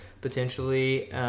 potentially